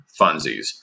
funsies